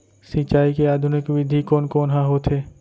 सिंचाई के आधुनिक विधि कोन कोन ह होथे?